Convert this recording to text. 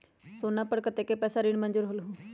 सोना पर कतेक पैसा ऋण मंजूर होलहु?